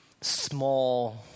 small